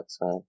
right